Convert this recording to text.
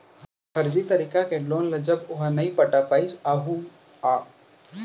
फरजी तरीका के लोन ल जब ओहा नइ पटा पाइस आघू जाके बेंक ल ही घाटा होना हे